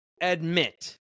admit